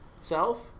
self